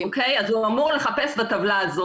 הוא אמור לחפש בטבלה הזאת.